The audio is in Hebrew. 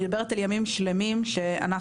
אני מדברת על ימים שלמים שאנחנו,